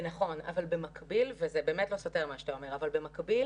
נכון, זה באמת לא סותר מה שאתה אומר אבל במקביל,